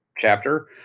chapter